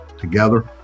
together